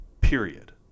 period